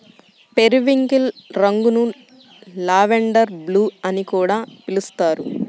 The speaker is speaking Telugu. పెరివింకిల్ రంగును లావెండర్ బ్లూ అని కూడా పిలుస్తారు